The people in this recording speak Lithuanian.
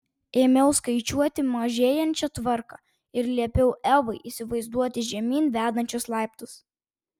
ėmiau skaičiuoti mažėjančia tvarka ir liepiau evai įsivaizduoti žemyn vedančius laiptus